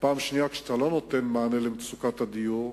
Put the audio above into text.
ופעם שנייה כשאתה לא נותן מענה על מצוקת הדיור,